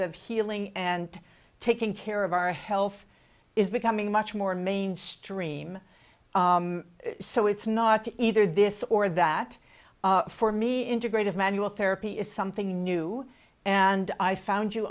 of healing and taking care of our health is becoming much more mainstream so it's not either this or that for me integrative manual therapy is something new and i found you